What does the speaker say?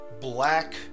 black